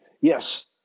Yes